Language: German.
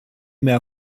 mehr